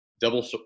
double